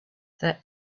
there